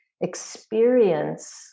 experience